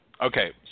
Okay